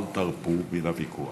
אל תרפו מן הוויכוח,